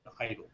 idle